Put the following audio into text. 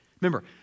Remember